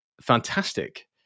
fantastic